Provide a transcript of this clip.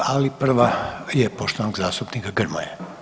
Ali prva je poštovanog zastupnika Grmoje.